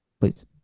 please